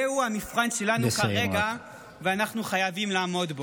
זהו המבחן שלנו כרגע, ואנחנו חייבים לעמוד בו.